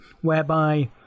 whereby